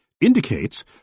indicates